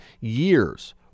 year's